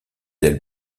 ailes